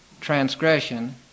transgression